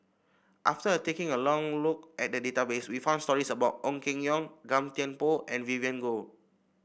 after taking a long look at the database we found stories about Ong Keng Yong Gan Thiam Poh and Vivien Goh